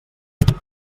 put